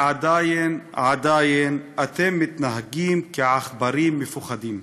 ועדיין, עדיין אתם מתנהגים כעכברים מפוחדים: